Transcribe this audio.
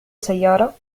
سيارة